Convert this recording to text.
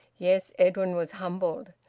yes, edwin was humbled.